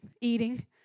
eating